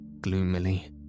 gloomily